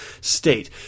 state